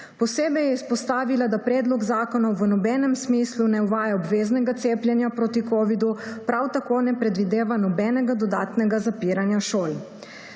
Posebej je izpostavila, da predlog zakona v nobenem smislu ne uvaja obveznega cepljenja proti covidu, prav tako ne predvideva nobenega dodatnega zapiranja šol.